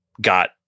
got